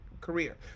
career